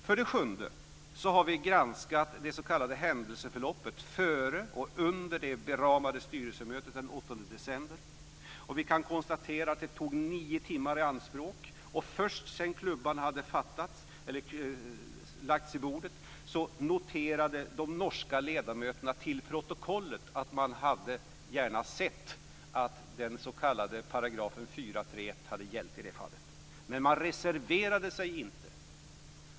För det sjunde har vi granskat det s.k. händelseförloppet före och under det beramade styrelsemötet den 8 december. Vi kan konstatera att det tog nio timmar i anspråk, och först sedan klubban hade slagits i bordet noterade de norska ledamöterna till protokollet att man gärna hade sett att den s.k. paragrafen 4.3.1 hade gällt i det fallet. Men man reserverade sig inte.